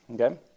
okay